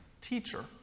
Teacher